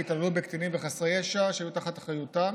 התעללו בקטינים וחסרי ישע שהיו תחת אחריותם